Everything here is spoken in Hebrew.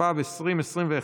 התשפ"ב 2021,